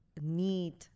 need